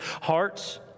hearts